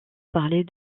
parler